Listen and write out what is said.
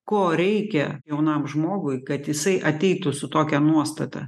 ko reikia jaunam žmogui kad jisai ateitų su tokia nuostata